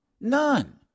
None